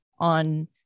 on